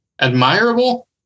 admirable